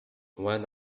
when